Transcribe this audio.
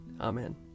Amen